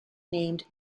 named